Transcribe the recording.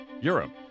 Europe